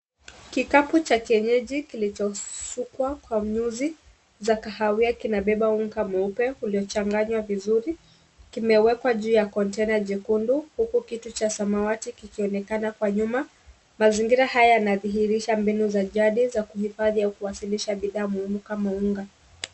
Kikapu cha kienyeji kilichosukwa kwa nyuzi za kahawia kinabeba unga mweupe uliochanganywa vizuri kimewekwa juu ya konteina jekundu huku kiti cha samawati kikionekana kwa nyuma. Mazingira haya yanadhihirisha mbinu za jadi za kuhifadhi au kuwakilisha bidhaa muhimu kama unga.